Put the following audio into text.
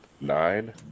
Nine